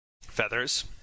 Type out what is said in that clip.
feathers